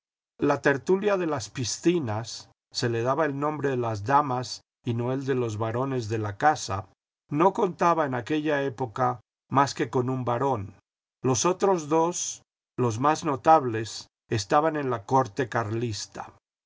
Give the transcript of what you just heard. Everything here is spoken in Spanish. la tertulia de las piscinas se le daba el nombre de las damas y no el de los varones de la casa no contaba en aquella época más que con un varón los otros dos los más notables estaban en la corte carlista